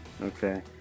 Okay